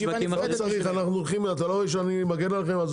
אתה לא רואה שאני מגן עליכם?